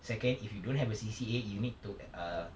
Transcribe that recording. second if you don't have a C_C_A you need to uh err